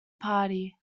party